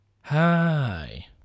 Hi